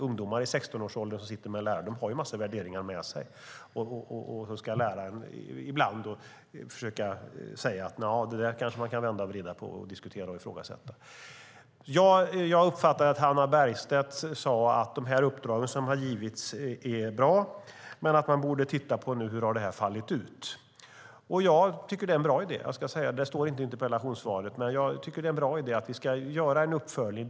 Ungdomar i 16-årsåldern har en massa värderingar med sig, och då ska läraren ibland försöka vända och vrida på de värderingarna och diskutera och ifrågasätta. Jag uppfattade att Hannah Bergstedt sade att uppdragen som har givits är bra men att man nu bör titta på hur det har fallit ut. Jag tycker att det är en bra idé. Det står inte i interpellationssvaret, men jag tycker att det är en bra idé att göra en uppföljning.